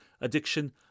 addiction